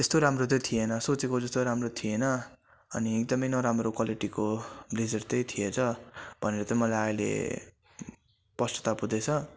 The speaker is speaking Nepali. त्यस्तो राम्रो चाहिँ थिएन सोचेको जस्तो राम्रो थिएन अनि एकदमै नराम्रो क्वालिटीको ब्लेजर चाहिँ थिएछ भनेर चाहिँ मलाई अहिले पश्चाताप हुँदैछ